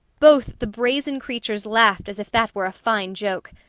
both the brazen creatures laughed as if that were a fine joke.